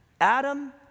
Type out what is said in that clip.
Adam